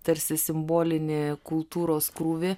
tarsi simbolinį kultūros krūvį